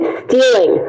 stealing